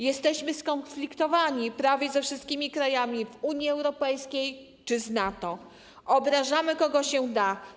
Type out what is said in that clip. Jesteśmy skonfliktowani prawie ze wszystkimi krajami Unii Europejskiej czy NATO, obrażamy kogo się da.